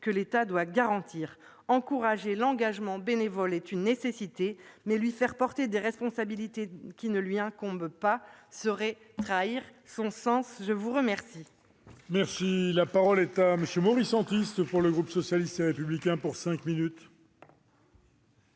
que l'État doit garantir. Encourager l'engagement bénévole est une nécessité, mais lui faire porter des responsabilités qui ne lui incombent pas serait trahir son sens. La parole